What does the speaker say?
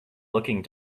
looking